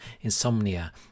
insomnia